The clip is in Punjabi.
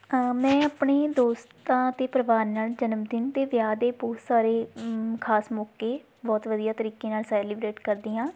ਮੈਂ ਆਪਣੇ ਦੋਸਤਾਂ ਅਤੇ ਪਰਿਵਾਰ ਨਾਲ਼ ਜਨਮਦਿਨ ਅਤੇ ਵਿਆਹ ਦੇ ਬਹੁਤ ਸਾਰੇ ਖਾਸ ਮੌਕੇ ਬਹੁਤ ਵਧੀਆ ਤਰੀਕੇ ਨਾਲ਼ ਸੈਲੀਬ੍ਰੇਟ ਕਰਦੀ ਹਾਂ